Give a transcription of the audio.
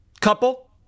couple